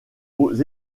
aux